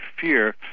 fear